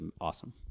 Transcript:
awesome